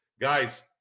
guys